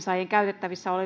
me